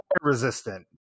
resistant